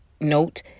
note